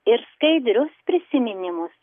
ir skaidrius prisiminimus